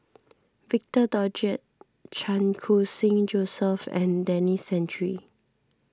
Victor Doggett Chan Khun Sing Joseph and Denis Santry